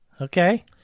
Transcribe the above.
Okay